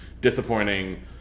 disappointing –